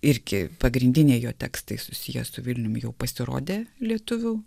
irgi pagrindiniai jo tekstai susiję su vilniumi jau pasirodė lietuvių